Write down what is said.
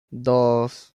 dos